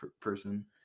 person